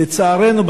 לצערנו,